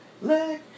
let